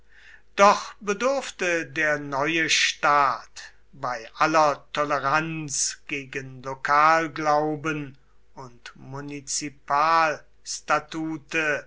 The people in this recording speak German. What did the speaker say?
doch bedurfte der neue staat bei aller toleranz gegen lokalglauben und